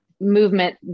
movement